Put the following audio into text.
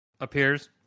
appears